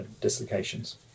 dislocations